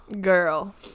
girl